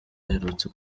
aherutse